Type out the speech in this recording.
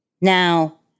Now